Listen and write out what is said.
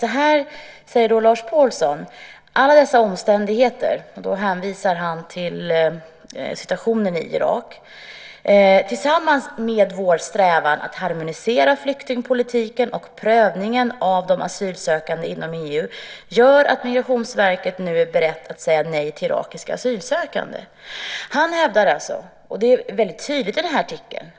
Så här säger Lars Påhlsson: Alla dessa omständigheter - och då hänvisar han till situationen i Irak - tillsammans med vår strävan att harmonisera flyktingpolitiken och prövningen av de asylsökande inom EU gör att Migrationsverket nu är berett att säga nej till irakiska asylsökande. Han hävdar alltså detta, och det är väldigt tydligt i den här artikeln.